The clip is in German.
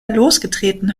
losgetreten